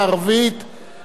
נא להצביע.